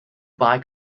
buy